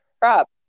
Crap